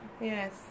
Yes